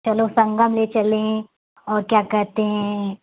चलो संगम ले चलें और क्या कहते हैं